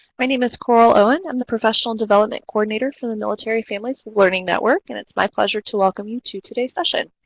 my name is coral owen. i am the professional development coordinator for the military families learning network and it's my pleasure to welcoming you to today's session.